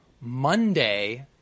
Monday